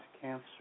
cancer